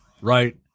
right